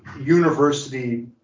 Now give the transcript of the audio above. university